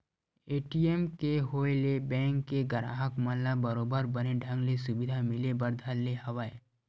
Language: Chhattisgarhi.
ए.टी.एम के होय ले बेंक के गराहक मन ल बरोबर बने ढंग ले सुबिधा मिले बर धर ले हवय